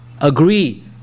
agree